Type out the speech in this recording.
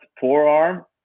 forearm